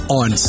on